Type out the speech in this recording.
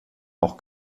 auch